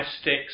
sticks